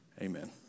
Amen